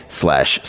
slash